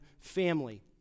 family